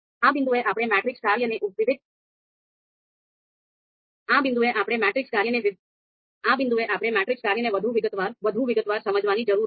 આ બિંદુએ આપણે મેટ્રિક્સ કાર્યને વધુ વિગતવાર સમજવાની જરૂર છે